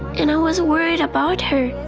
and i was worried about her.